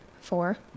four